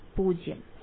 വിദ്യാർത്ഥി 0